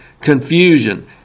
confusion